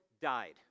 died